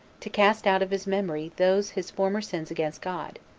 to cast out of his memory those his former sins against god,